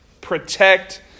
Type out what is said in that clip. protect